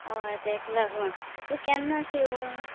हय तेकां लागून सो केन्ना अशे येवूं